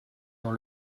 dans